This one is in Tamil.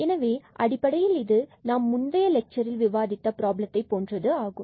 எனவே அடிப்படையில் இது நாம் முந்தைய லெட்சரில் விவாதித்த ப்ராப்ளத்தை போன்றது ஆகும்